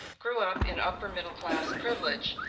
grew up in upper middle class privilege,